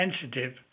sensitive